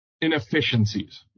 inefficiencies